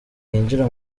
yinjira